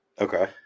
Okay